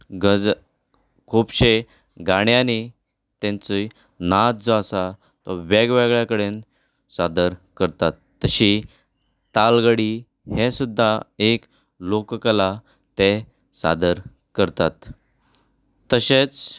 गज खुबशे गाण्यांनी तांचो नाच जो आसा तो वेगवेगळ्या कडेन सादर करतात तशी तालगडी हें सुद्दा एक लोककला ते सादर करतात तशेंच